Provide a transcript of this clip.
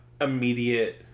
immediate